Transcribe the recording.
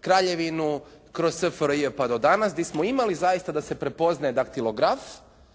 kraljevinu, kroz SFRJ pa do danas gdje smo imali zaista da se prepoznaje daktilograf